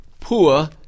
poor